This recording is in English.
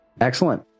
Excellent